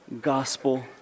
gospel